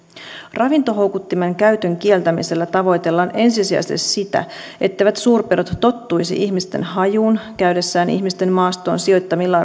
ravintohoukuttimen käytön kieltämisellä tavoitellaan ensisijaisesti sitä etteivät suurpedot tottuisi ihmisten hajuun käydessään ihmisten maastoon sijoittamilla